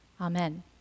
Amen